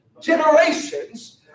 generations